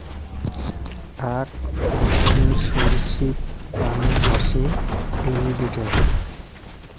আক রকমের সরীসৃপ প্রাণী হসে এলিগেটের